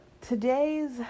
Today's